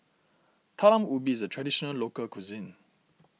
Talam Ubi is a Traditional Local Cuisine